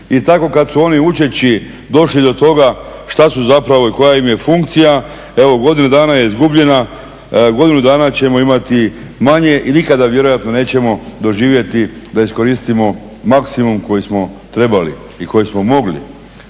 I tako kad su oni učeći došli do toga što su zapravo i koja im je funkcija evo godina dana je izgubljena, godinu dana ćemo imati manje i nikada vjerojatno nećemo doživjeti da iskoristimo maksimum koji smo trebali i koji smo mogli.